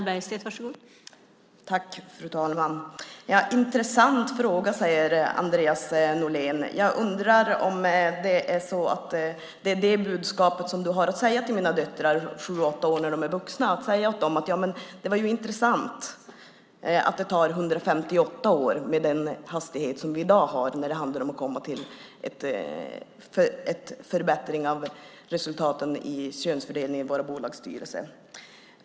Fru talman! Intressant fråga, säger Andreas Norlén. Jag undrar om det är det budskapet du har till mina döttrar, sju och åtta år gamla, när de är vuxna - att det var ju intressant att det tar 158 år med den hastighet vi har i dag när det handlar om att förbättra könsfördelningen i våra bolagsstyrelser.